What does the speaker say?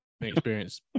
experience